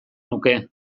nuke